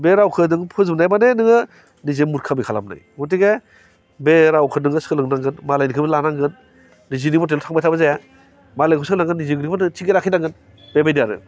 बे रावखौ नों फोजोबनाय माने नोङो निजि मुरखामि खालामनाय गथिखे बे रावखौ नोङो सोलोंनांगोन मालायनिखौबो लानांगोन निजिनि मथेल' थांबाय थाबा जाया मालायनिखौ सोलोंनांगोन निजिनिखौबो नोङो थिगै लाखिनांगोन बेबायदि आरो